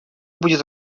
будет